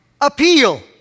appeal